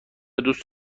دوست